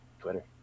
Twitter